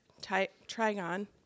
trigon